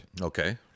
Okay